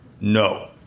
No